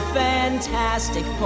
fantastic